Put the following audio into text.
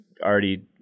already